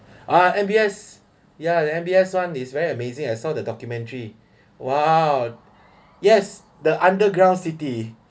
uh M_B_S ya the M_B_S [one] is very amazing I saw the documentary !wow! yes the underground city